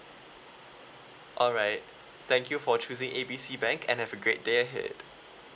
alright thank you for choosing A B C bank and have a great day ahead